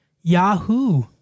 Yahoo